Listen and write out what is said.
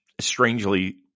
strangely